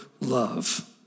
love